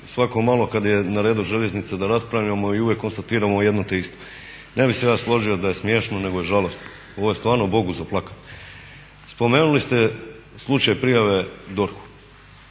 svako malo kada je na redu željeznica da raspravljamo i uvijek konstatiramo jedno te isto, ne bih se ja složio da je smiješno nego je žalosno. Ovo je stvarno Bogu za plakati. Spomenuli ste slučaj prijave DORH-u.